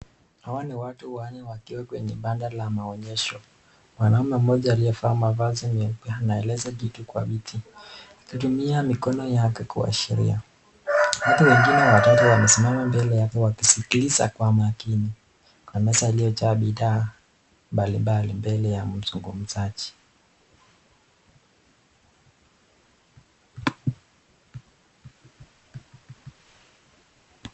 Hawa ni watu wanne wakiwa kwenye bada la maonyesho. Mwanaume mmoja aliye Vaa mavazi meupe akieleza kitu kwa viti. Akitumia mikono yake kuashiria . Watu wengine wawili wamesimama mbele yake wakisikiliza kwa makini kwa meza iliyo jaa bidhaa mbalimbali mbele ya mzungumzaji .